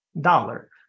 dollar